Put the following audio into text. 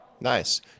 Nice